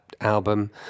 album